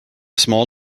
small